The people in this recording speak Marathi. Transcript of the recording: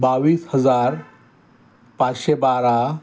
बावीस हजार पाचशे बारा